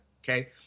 Okay